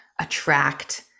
attract